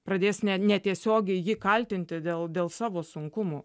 pradės ne netiesiogiai jį kaltinti dėl dėl savo sunkumų